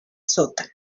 sótano